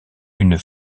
une